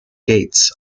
gates